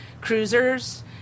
cruisers